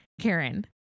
Karen